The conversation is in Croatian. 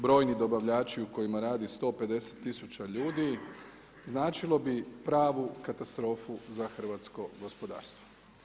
Brojni dobavljači u kojima radi 150000 ljudi značilo bi pravu katastrofu za hrvatsko gospodarstvo.